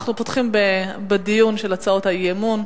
אנחנו פותחים בדיון של הצעות האי-אמון.